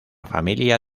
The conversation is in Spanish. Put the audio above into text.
familia